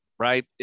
Right